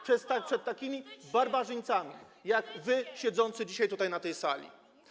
przed takimi barbarzyńcami jak wy siedzący dzisiaj tutaj, na tej sali.